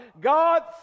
God